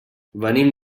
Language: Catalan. venim